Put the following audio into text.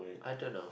I don't know